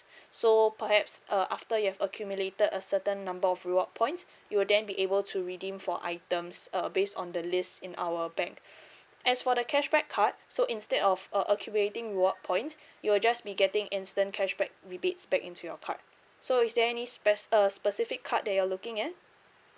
so perhaps uh after you have accumulated a certain number of reward points you will then be able to redeem for items uh based on the list in our bank as for the cashback card so instead of uh accumulating reward points you will just be getting instant cashback rebates back into your card so is there any spec~ uh specific card that you're looking at